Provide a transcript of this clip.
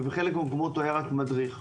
ובחלק מהמקומות היה רק מדריך.